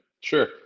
sure